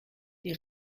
die